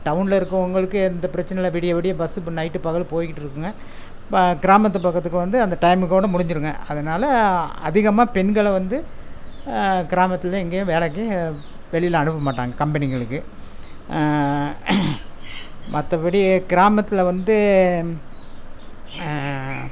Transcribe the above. டவுனில் இருக்கவங்களுக்கு எந்த பிரச்சனையும் இல்லை விடிய விடிய பஸ்ஸு இப்போ நைட்டு பகலும் போயிகிட்டுருக்குங்க ப கிராமத்து பக்கத்துக்கு வந்து அந்த டைமுக்கோனு முடிஞ்சிருங்க அதுனால் அதிகமாக பெண்களை வந்து கிராமத்தில் எங்கேயும் வேலைக்கு வெளியில் அனுப்ப மாட்டாங்க கம்பெனிங்களுக்கு மற்றபடி கிராமத்தில் வந்து